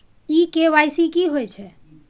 इ के.वाई.सी की होय छै?